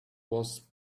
was